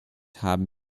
haben